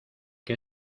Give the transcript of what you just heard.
qué